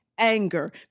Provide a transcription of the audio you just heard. anger